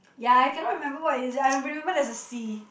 ya I cannot remember what is it I remember there's a C